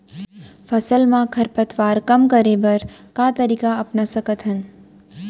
फसल मा खरपतवार कम करे बर का तरीका अपना सकत हन?